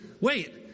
wait